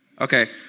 Okay